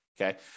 okay